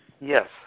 Yes